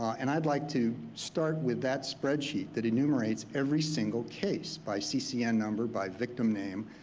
and i'd like to start with that spreadsheet that enumerates every single case by ccn number, by victim name,